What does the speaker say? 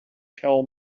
tell